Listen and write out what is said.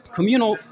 Communal